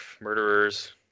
Murderers